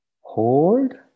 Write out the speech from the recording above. hold